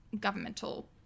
governmental